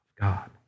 God